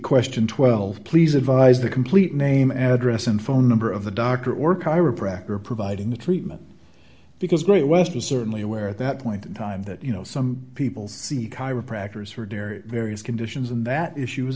question twelve please advise the complete name address and phone number of the doctor or chiropractor providing the treatment because great west was certainly aware at that point in time that you know some people see chiropractors for various conditions and that issue